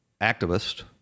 activist